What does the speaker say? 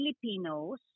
Filipinos